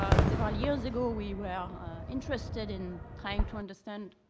ah several years ago we were interested in trying to understand